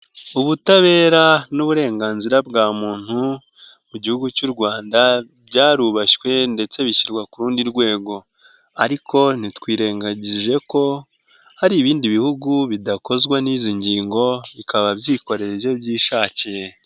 Ubutabera n'uburenganzira bwa muntu mu gihugu cy'u Rwanda byarubashywe ndetse bishyirwa ku rundi rwego ariko ntitwirengagije ko hari ibindi bihugu bidakozwa n'izi ngingo bikaba byikoreye ibyo byishakiye.